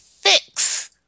fix